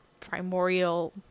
primordial